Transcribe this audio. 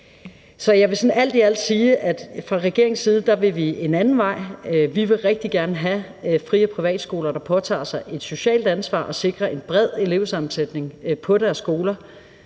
på. Jeg vil alt i alt sige, at vi fra regeringens side vil en anden vej. Vi vil rigtig gerne have fri- og privatskoler, der påtager sig et socialt ansvar og sikrer en bred elevsammensætning på deres skoler.